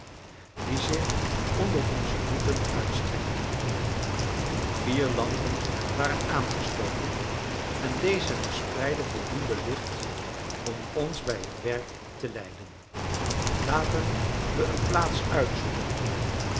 die zich onder onze voeten uitstrekte vier lampen waren aangestoken en deze verspreidden voldoende licht om ons bij het werk te leiden laten we een plaats uitzoeken